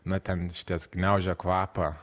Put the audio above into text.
na ten išties gniaužia kvapą